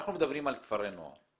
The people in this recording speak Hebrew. אנחנו מדברים על כפרי נוער.